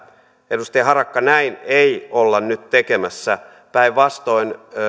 edustaja harakka näin ei olla nyt tekemässä päinvastoin